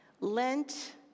Lent